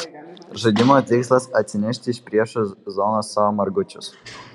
žaidimo tikslas atsinešti iš priešų zonos savo margučius